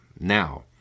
Now